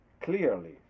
clearly